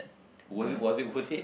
was it was it worth it